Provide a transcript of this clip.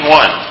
one